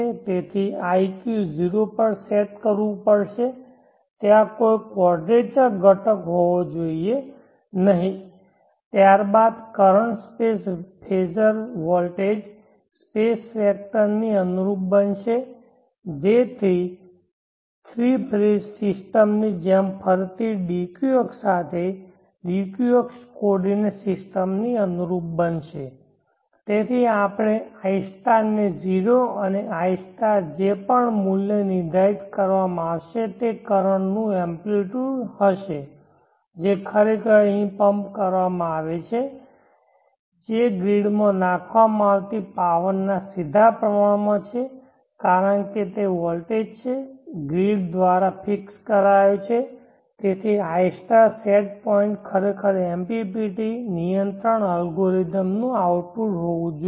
તેથી iq 0 પર set કરવું પડશે ત્યાં કોઈ ક્વોડરેચર ઘટક હોવો જોઈએ નહીં ત્યારબાદ current space phasor voltage space વેક્ટરની અનુરૂપ બનશે જેથ્રી ફેઝ સિસ્ટમ ની જેમ ફરતી dq અક્ષ સાથે dq અક્ષ કોર્ડિનેટ સિસ્ટમ ની અનુરૂપ બનશે તેથી આપણે i ને 0 અને i જે પણ મૂલ્ય નિર્ધારિત કરવામાં આવશે તે કરંટ નું એમ્પ્લીટયુડ હશે જે ખરેખર અહીં પમ્પ કરવામાં આવશે જે ગ્રીડમાં નાખવામાં આવતી પાવર ના સીધા પ્રમાણમાં છે કારણ કે વોલ્ટેજ છે ગ્રીડ દ્વારા ફિક્સ કરાયો છે તેથી i સેટ પોઇન્ટ ખરેખર MPPT નિયંત્રણ અલ્ગોરિધમનું આઉટપુટ હોવું જોઈએ